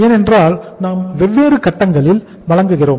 ஏனென்றால் நாம் வெவ்வேறு கட்டங்களில் வழங்குகிறோம்